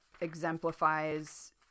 exemplifies